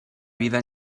vida